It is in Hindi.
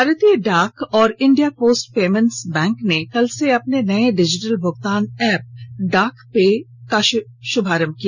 भारतीय डाक और इंडिया पोस्ट पेमेन्ट्स बैंक ने कल से अपने नए डिजिटल भुगतान एप डाकपे का शुभारंभ किया